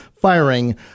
firing